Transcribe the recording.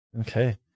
Okay